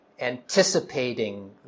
anticipating